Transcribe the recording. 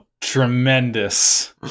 tremendous